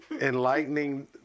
Enlightening